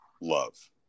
love